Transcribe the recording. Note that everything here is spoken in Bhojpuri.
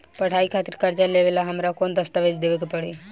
पढ़ाई खातिर कर्जा लेवेला हमरा कौन दस्तावेज़ देवे के पड़ी?